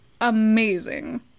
amazing